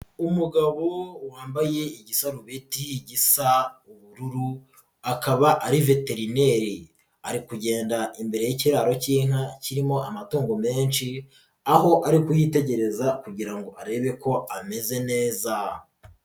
Umugabo wambaye igisarubeti gisa ubururu akaba ari veterineri. Ari kugenda imbere y'ikiraro k'inka kirimo amatungo menshi, aho ari kuyitegereza kugira ngo arebe ko ameze neza.